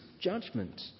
judgment